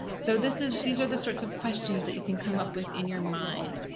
so, this is these are the sorts of questions that you can come up with in your mind.